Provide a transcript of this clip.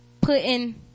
putting